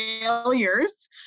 failures